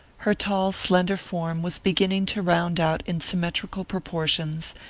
her tall, slender form was beginning to round out in symmetrical proportions,